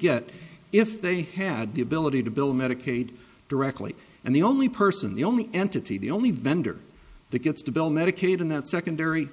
get if they had the ability to bill medicaid directly and the only person the only entity the only vendor that gets to bill medicaid in that secondary